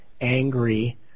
angry